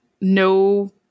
no